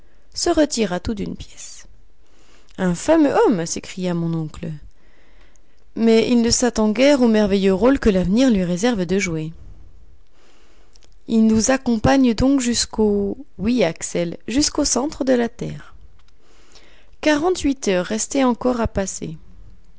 se retira tout d'une pièce un fameux homme s'écria mon oncle mais il ne s'attend guère au merveilleux rôle que l'avenir lui réserve de jouer il nous accompagne donc jusqu'au oui axel jusqu'au centre de la terre quarante-huit heures restaient encore à passer